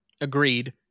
Agreed